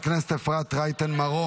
תשמרו